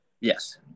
Yes